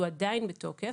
הוא עדיין בתוקף.